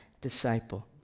disciple